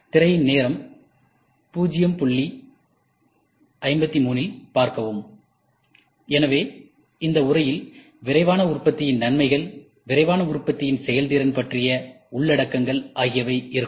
திரையின் நேரம் 0053இல் பார்க்கவும் எனவே இந்த உரையில் விரைவான உற்பத்தியின் நன்மைகள் விரைவான உற்பத்தியின் செயல்திறன் பற்றிய உள்ளடக்கங்கள் ஆகியவை இருக்கும்